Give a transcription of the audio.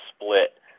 split